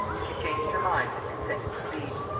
she changed her mind and consented to plead.